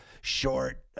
short